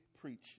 preach